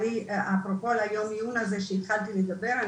ואפרופו היום עיון הזה שהתחלתי לדבר עליו,